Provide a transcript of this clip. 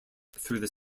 through